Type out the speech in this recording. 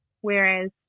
Whereas